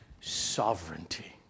sovereignty